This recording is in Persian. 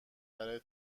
برای